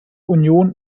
union